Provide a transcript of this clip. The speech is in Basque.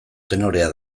tenorea